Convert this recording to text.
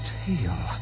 tail